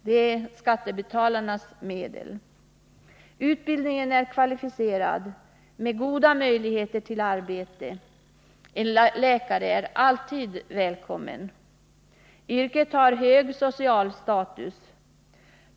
Det är skattebetalarnas medel. Utbildningen är kvalificerad med goda möjligheter till arbete — en läkare är alltid välkommen. Yrket har hög social status.